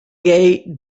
gay